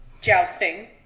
jousting